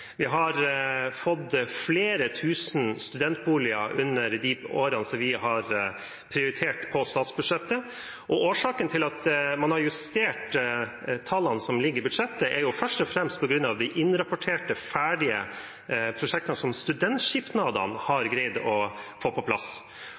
Vi har fått flere tusen studentboliger under de årene vi har prioritert dette på statsbudsjettet. Årsaken til at man har justert tallene som ligger i budsjettet, er først og fremst de innrapporterte ferdige prosjektene som studentskipnadene har